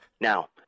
Now